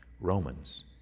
Romans